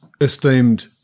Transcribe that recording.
Esteemed